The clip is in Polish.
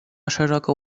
szeroka